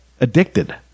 addicted